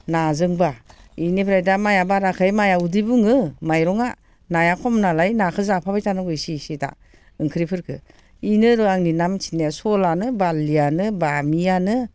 नाजोंबा बेनिफ्राय दा माइआ बाराखाय माइआ उदै बुङो माइरंआ नाया खम नालाय नाखौ जाफाबाय थानांगौ इसे इसे दा ओंख्रिफोरखौ बेनो आरो आंनि ना मिथिनाया सलआनो बारलिआनो बामिआनो